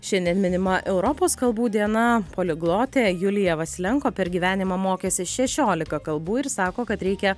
šiandien minima europos kalbų diena poliglotė julija vasilenko per gyvenimą mokėsi šešiolika kalbų ir sako kad reikia